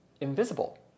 invisible